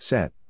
Set